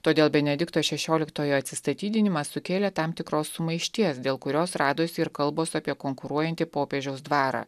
todėl benedikto šešioliktojo atsistatydinimas sukėlė tam tikros sumaišties dėl kurios radosi ir kalbos apie konkuruojantį popiežiaus dvarą